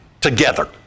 together